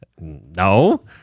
no